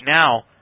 now